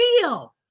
feel